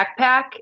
backpack